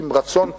עם רצון טוב,